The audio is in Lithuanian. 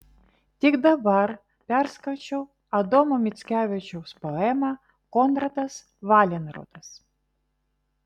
tik dabar perskaičiau adomo mickevičiaus poemą konradas valenrodas